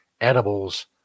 edibles